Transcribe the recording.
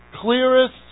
clearest